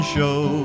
Show